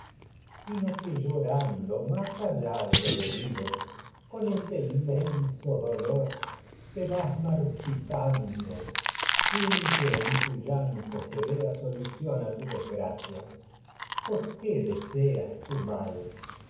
para todos bido en allá de con ese inmenso dolor te s vea marchitando sin que tu llanto solución a tu desgracia por qué deseas tu mal